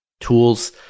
Tools